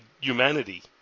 humanity